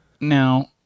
now